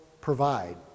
provide